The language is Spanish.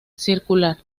circular